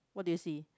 what do you see